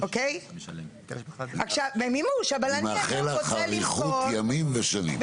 אני מאחל לך אריכות ימים ושנים.